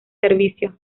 servicio